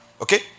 Okay